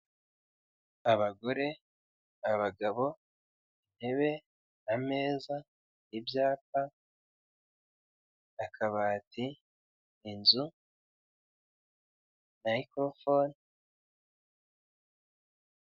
Abagore, abagabo, intebe, ameza, ibyapa, akabati, inzu, miyikorofone.